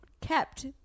kept